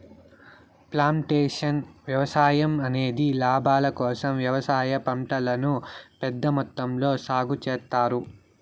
plantation వ్యవసాయం అనేది లాభాల కోసం వ్యవసాయ పంటలను పెద్ద మొత్తంలో సాగు చేత్తారు